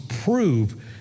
prove